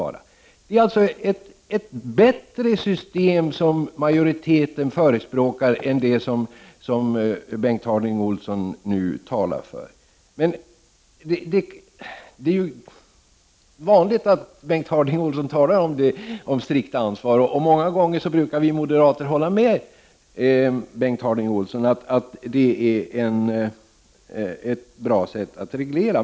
Det är alltså ett bättre system som majoriteten förespråkar än det som Bengt Harding Olson nu talar för. Men det är ju vanligt att Bengt Harding Olson talar om det strikta ansvaret, och många gånger brukar vi moderater hålla med Bengt Harding Olson om att det är ett bra sätt när det gäller att reglera.